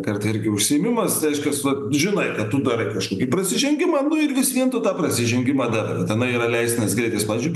kartą irgi užsiėmimas reiškias vat žinai kad tu darai kažkokį prasižengimą nu ir vis vien tu tą prasižengimą darai tenai yra leistinas greitis pavyzdžiui